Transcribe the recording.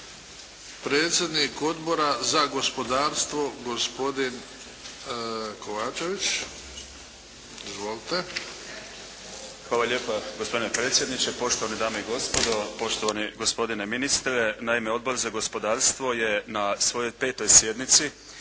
Predsjednik Odbora za gospodarstvo gospodin Kovačević. Izvolite. **Kovačević, Dragan (HDZ)** Hvala lijepa gospodine predsjedniče, poštovane dame i gospodo, poštovani gospodine ministre. Naime, Odbor za gospodarstvo je na svojoj 5. sjednici,